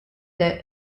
the